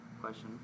question